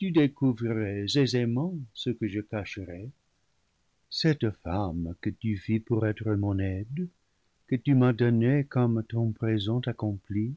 tu découvrirais aisé ment ce que je cacherais cette femme que tu fis pour être mon aide que tu m'as donnée comme ton présent accompli